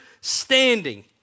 standing